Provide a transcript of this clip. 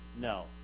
no